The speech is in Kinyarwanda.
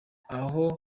aha